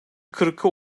kırkı